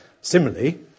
Similarly